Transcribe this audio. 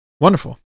Wonderful